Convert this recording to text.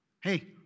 Hey